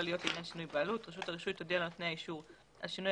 כלליות לעניין שינוי בעלות רשות הרישוי תודיע לנותני האישור על שינוי